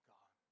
God